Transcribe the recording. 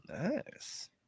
Nice